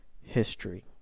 history